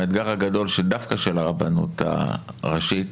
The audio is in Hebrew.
האתגר הגדול דווקא של הרבנות הראשית,